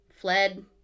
fled